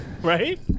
right